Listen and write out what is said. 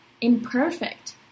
imperfect